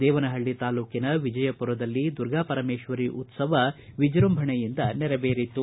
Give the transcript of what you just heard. ದೇವನಹಳ್ಳಿ ತಾಲೂಕಿನ ವಿಜಯಪುರದಲ್ಲಿ ದುರ್ಗಾಪರಮೇಶ್ವರಿ ಉತ್ಸವ ವಿಜೃಂಭಣೆಯಿಂದ ನೆರವೇರಿತು